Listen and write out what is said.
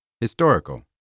historical